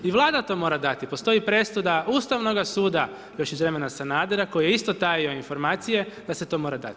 I Vlada to mora dati, postoji presuda Ustavnoga suda još iz vremena Sanadera koji je isto tajio informacije da se to mora dati.